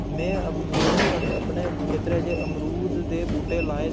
में में बी अपने खेत्तरै च अमरूद दे बूह्टे लाए ते